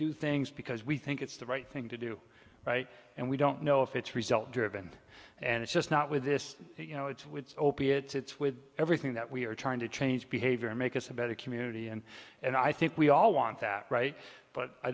do things because we think it's the right thing to do and we don't know if it's result driven and it's just not with this you know it's with opiates with everything that we are trying to change behavior make us a better community and and i think we all want that right but i